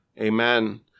amen